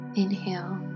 inhale